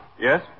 Yes